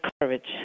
courage